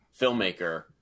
filmmaker